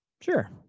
Sure